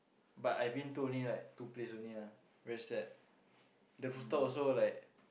but I've been to like only two place only ah very sad the rooftop also like